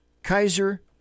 Kaiser